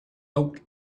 oak